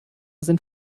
sind